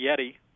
Yeti